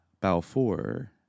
Balfour